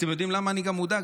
אתם יודעים למה אני גם מודאג?